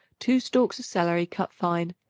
two stalks of celery cut fine,